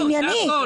זה ענייני.